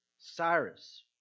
Cyrus